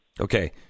Okay